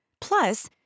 Plus